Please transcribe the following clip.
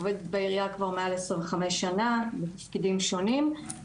עובדת בעירייה כבר מעל 25 שנה בתפקידים שונים.